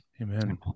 Amen